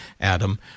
Adam